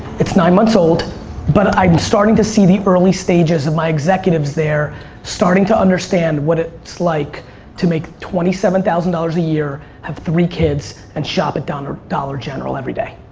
it's nine months old but i'm starting to see the early stages my executives there starting to understand what it's like to make twenty seven thousand dollars year, have three kids and shop at dollar dollar general every day.